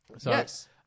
Yes